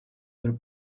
their